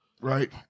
Right